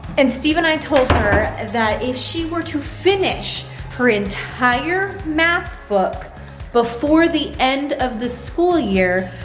and steve and i told her that if she were to finish her entire math book before the end of the school year,